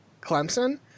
Clemson